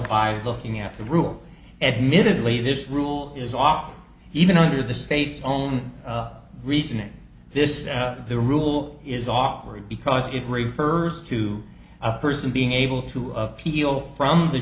by looking after the rule admittedly this rule is off even under the state's own reasoning this is out the rule is awkward because it refers to a person being able to appeal from the